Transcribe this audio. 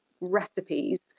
recipes